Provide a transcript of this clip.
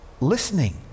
listening